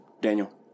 Daniel